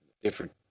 different